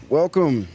welcome